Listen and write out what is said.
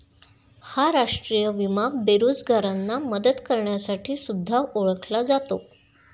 हा राष्ट्रीय विमा बेरोजगारांना मदत करण्यासाठी सुद्धा ओळखला जातो